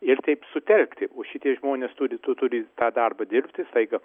ir taip sutelkti o šitie žmonės turi tu turi tą darbą dirbti staiga